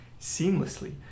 seamlessly